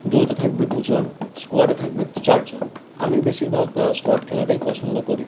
ডুয়োতে থাকবে দুজন স্কোয়াডে থাকবে চারজন আমিও বেশিরভাগ স্কোয়াড খেলাটাই পছন্দ করি